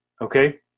okay